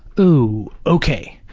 oh, ok.